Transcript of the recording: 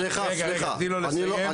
סליחה, סליחה, אני לא הפרעתי לך.